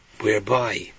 whereby